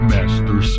Master